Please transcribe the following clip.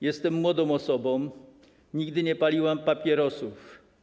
Jestem młodą osobą, nigdy nie paliłam papierosów.